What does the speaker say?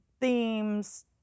themes